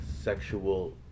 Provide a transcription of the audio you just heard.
sexual